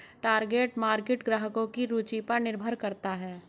target market ग्राहकों की रूचि पर निर्भर करता है